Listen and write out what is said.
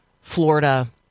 Florida